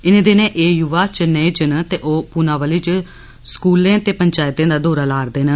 इनें दिनें एह युवा चेन्नेई च न ते ओह पुनावली च स्कूलें ते पंचायतें दा दौरा ला'रदे न